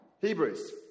Hebrews